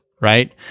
right